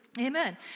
Amen